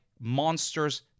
monsters